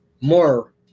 more